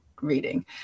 reading